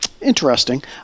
interesting